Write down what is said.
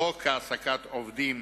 חוק העסקת עובדים